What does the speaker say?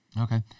Okay